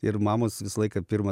ir mamos visą laiką pirmą